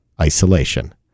isolation